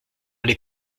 les